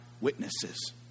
witnesses